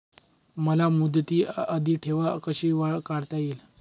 मला मुदती आधी ठेव कशी काढता येईल?